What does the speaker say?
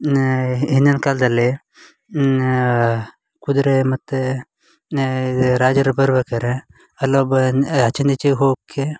ಹಿಂದಿನ ಕಾಲದಲ್ಲಿ ಕುದುರೆ ಮತ್ತು ಇದು ರಾಜರು ಬರ್ಬೇಕಾದ್ರೆ ಅಲ್ಲೊಬ್ಬ ಅನ್ ಆಚಿಂದ ಈಚಿಗೆ ಹೋಗಕ್ಕೆ